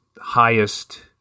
highest